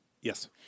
Yes